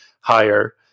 higher